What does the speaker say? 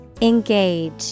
Engage